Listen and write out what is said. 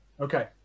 Okay